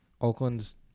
Oakland's